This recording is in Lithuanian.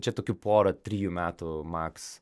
čia tokių pora trijų metų maks